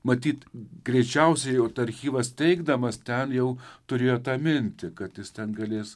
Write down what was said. matyt greičiausiai jau tą archyvą steigdamas ten jau turėjo tą mintį kad jis ten galės